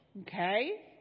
okay